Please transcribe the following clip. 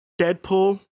Deadpool